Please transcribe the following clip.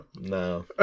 no